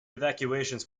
evacuations